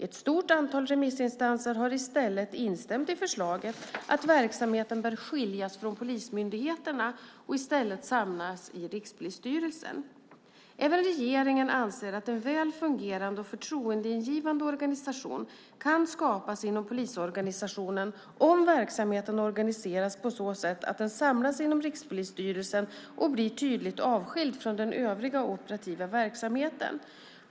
Ett stort antal remissinstanser har i stället instämt i förslaget att verksamheten bör skiljas från polismyndigheterna och i stället samlas i Rikspolisstyrelsen. Även regeringen anser att en väl fungerande och förtroendeingivande organisation kan skapas inom polisorganisationen om verksamheten organiseras på så sätt att den samlas inom Rikspolisstyrelsen och blir tydligt avskild från den övriga operativa verksamheten.